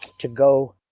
to go